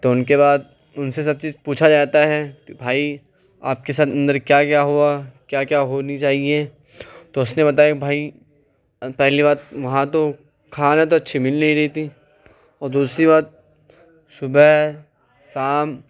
تو ان کے بعد ان سے سب چیز پوچھا جاتا ہے کہ بھائی آپ کے ساتھ اندر کیا کیا ہوا کیا کیا ہونی چاہیے تو اس نے بتایا کہ بھائی پہلی بات وہاں تو کھانا تو اچھی مل نہیں رہی تھی اور دوسری بات صبح شام